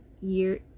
year